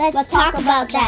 let's let's talk about that.